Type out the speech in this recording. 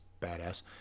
badass